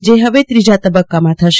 જે હવે ત્રીજા તબક્કામાં થશે